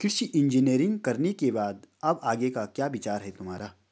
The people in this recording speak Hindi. कृषि इंजीनियरिंग करने के बाद अब आगे का क्या विचार है तुम्हारा?